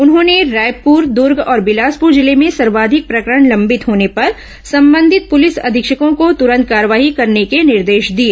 उन्होंने रायपुर दुर्ग और बिलासपुर जिले में सर्वाधिक प्रकरण लंबित होने पर संबंधित पुलिस अधीक्षकों को तुरंत कार्रवाई करने के निर्देश दिए